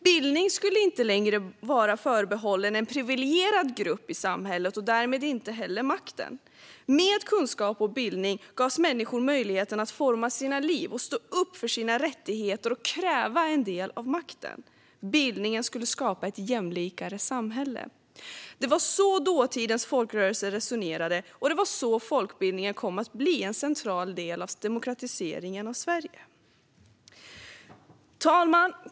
Bildning skulle inte längre vara förbehållen en priviligierad grupp i samhället och därmed inte heller makten. Med kunskap och bildning gavs människor möjlighet att forma sina liv, stå upp för sina rättigheter och kräva en del av makten. Bildningen skulle skapa ett jämlikare samhälle. Det var så dåtidens folkrörelser resonerade, och det var så folkbildningen kom att bli en central del av demokratiseringen av Sverige. Fru talman!